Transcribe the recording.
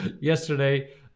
yesterday